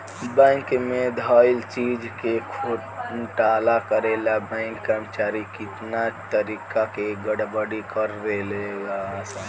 bank में धइल चीज के घोटाला करे ला बैंक कर्मचारी कितना तारिका के गड़बड़ी कर देवे ले सन